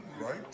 right